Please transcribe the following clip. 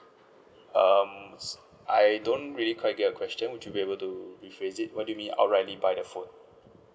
um s~ I don't really quite get your question would you be able to rephrase it what do you mean outrightly by the phone